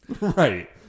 Right